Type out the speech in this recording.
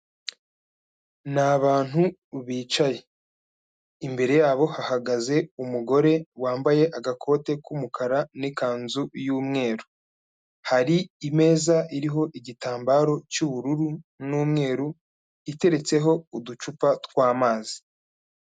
Ni abantu bicaye imbere yabo hahagaze umugore wambaye agakote k'umukara n'ikanzu y'umweru, hari imeza iriho igitambaro cy'ubururu n'umweru iteretseho uducupa tw'amazi.